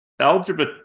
algebra